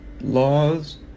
laws